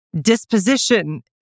disposition